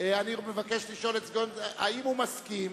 אם הוא מסכים